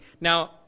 Now